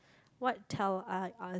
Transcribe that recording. what tell I a~